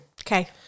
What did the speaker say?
Okay